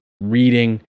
reading